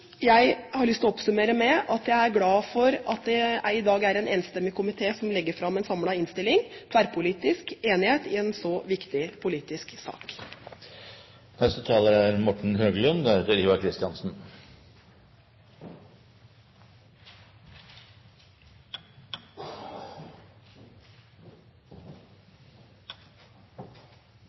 Jeg har lyst til å oppsummere med å si at jeg er glad for at det i dag er en enstemmig komité som legger fram en samlet innstilling, og for at det er tverrpolitisk enighet i en så viktig politisk sak.